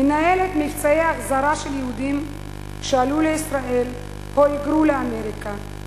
מנהלת מבצעי החזרה של יהודים שעלו לישראל או היגרו לאמריקה.